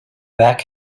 back